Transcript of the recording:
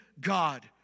God